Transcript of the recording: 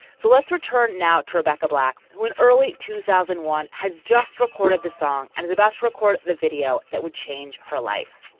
so let's return now to rebecca black, who in early two thousand and one has just recorded the song and is about to record the video that would change her life.